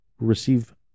receive